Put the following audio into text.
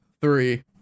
Three